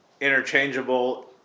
interchangeable